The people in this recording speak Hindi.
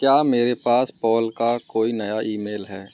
क्या मेरे पास पॉल का कोई नया ईमेल है